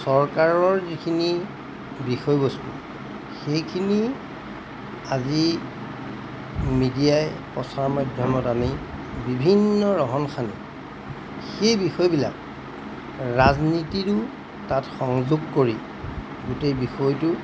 চৰকাৰৰ যিখিনি বিষয়বস্তু সেইখিনি আজি মিডিয়াই প্ৰচাৰ মাধ্যমত আনি বিভিন্ন ৰহন সানি সেই বিষয়বিলাক ৰাজনীতিৰো তাত সংযোগ কৰি গোটেই বিষয়টো